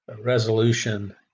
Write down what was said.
Resolution